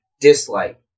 dislike